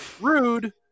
rude